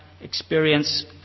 experience